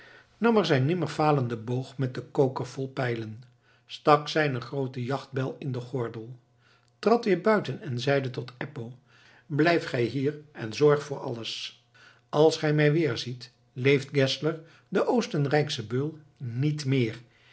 zijn nimmerfalenden boog met den koker vol pijlen stak zijne groote jachtbijl in den gordel trad weer buiten en zeide tot eppo blijf gij hier en zorg voor alles als gij mij weer ziet leeft geszler de oostenrijksche beul niet meer